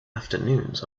afternoons